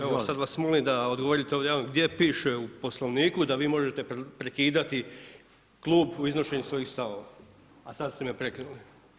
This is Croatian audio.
Evo, a sad vas molim da odgovorite ovdje, gdje piše u Poslovniku da vi možete prekidati klub u iznošenju svojih stavova, a sad ste me prekinuli.